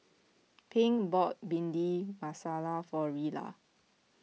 Pink bought Bhindi Masala for Rella